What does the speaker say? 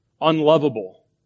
unlovable